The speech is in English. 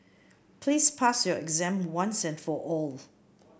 please pass your exam once and for all